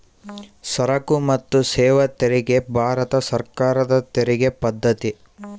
ಸರಕು ಮತ್ತು ಸೇವಾ ತೆರಿಗೆ ಭಾರತ ಸರ್ಕಾರದ ತೆರಿಗೆ ಪದ್ದತಿ